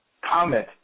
comment